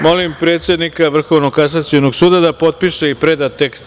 Molim predsednika Vrhovnog kasacionog suda da potpiše i preda tekst